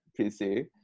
PC